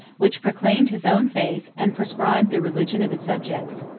which proclaimed his own faith, and prescribed the religion of his subjects.